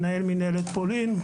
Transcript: מנהל מינהלת פולין,